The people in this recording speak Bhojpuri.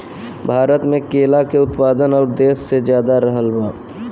भारत मे केला के उत्पादन और देशो से ज्यादा रहल बा